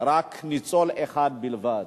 רק ניצול אחד בלבד.